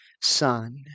son